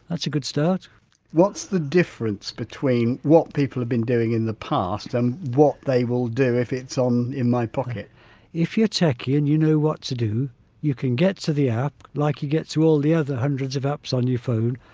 that's a good start what's the difference between what people have been doing in the past and what they will do if it's on in my pocket? wilson-hinds if you're techie and you know what to do you can get to the app, like you get to all the other hundreds of apps on your phone,